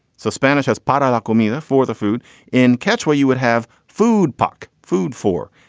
so spanish has porras local means for the food in catch what you would have food puck food for.